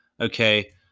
Okay